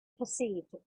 perceived